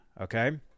okay